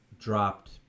dropped